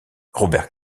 robert